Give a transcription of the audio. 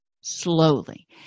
slowly